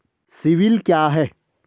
CIBIL क्या है?